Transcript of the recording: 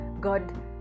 God